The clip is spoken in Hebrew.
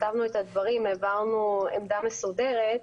כתבנו את הדברים, העברנו עמדה מסודרת.